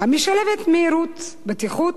המשלבת מהירות, בטיחות,